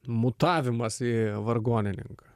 mutavimas į vargonininką